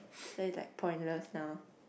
say like pointless now